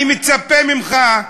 אני מצפה ממך,